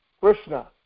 Krishna